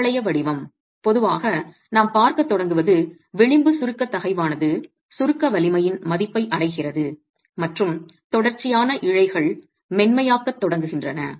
பரவளைய வடிவம் பொதுவாக நாம் பார்க்கத் தொடங்குவது விளிம்பு சுருக்க தகைவானது சுருக்க வலிமையின் மதிப்பை அடைகிறது மற்றும் தொடர்ச்சியான இழைகள் மென்மையாக்கத் தொடங்குகின்றன